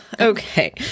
Okay